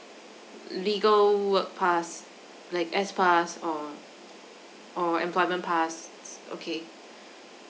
legal work pass like S pass or or employment pass okay